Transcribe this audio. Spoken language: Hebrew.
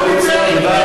חבר הכנסת אגבאריה,